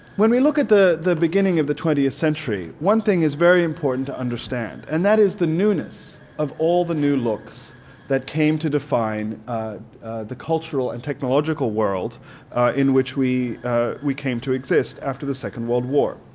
when we look at the the beginning of the twentieth century one thing is very important to understand and that is the newness of all the new looks that came to define the cultural and technological world in which we we came to exist after the second world war.